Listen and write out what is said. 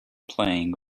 playing